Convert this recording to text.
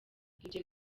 ibyo